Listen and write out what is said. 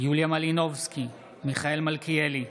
יוליה מלינובסקי, מיכאל מלכיאלי,